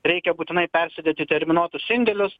reikia būtinai persidėt į terminuotus indėlius